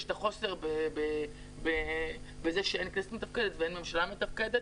את החוסר בזה שאין כנסת מתפקדת ואין ממשלה מתפקדת.